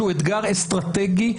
שהוא אתגר אסטרטגי,